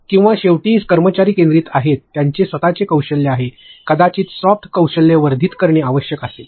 किंवा शेवटी कर्मचारी केंद्रित आहे जे त्यांचे स्वतचे कौशल्य आहे कदाचित सॉफ्ट कौशल्ये वर्धित करणे आवश्यक असेल